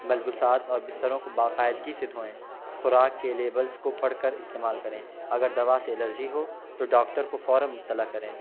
ملبوسات اور بستروں کو باقاعدگی سے دھوئیں خوراک کے لیبلس کو پڑھ کر استعمال کریں اگر دوا سے الرجی ہو تو ڈاکٹر کو فورا اطلاع کریں